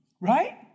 right